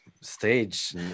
stage